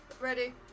Ready